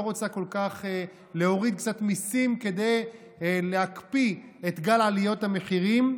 לא רוצה כל כך להוריד קצת מיסים כדי להקפיא את גל עליות המחירים,